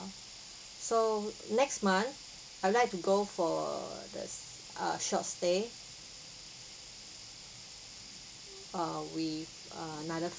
so next month I'll like to go for the uh short stay uh with another